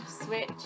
switch